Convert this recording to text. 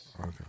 Okay